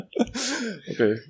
Okay